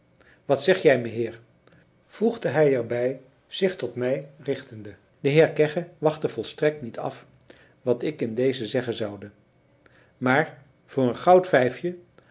wat zeg jij meheer voegde hij er bij zich tot mij richtende de heer kegge wachtte volstrekt niet af wat ik in dezen zeggen zoude maar voor een goud vijfje